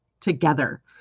together